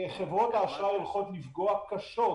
חברות האשראי הולכות לפגוע קשות.